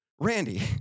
Randy